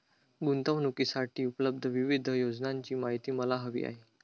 गुंतवणूकीसाठी उपलब्ध विविध योजनांची माहिती मला हवी आहे